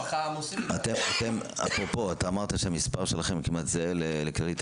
אתה אמרת שהמספר שלכם כמעט זהה לכללית.